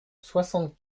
soixante